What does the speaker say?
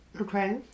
Okay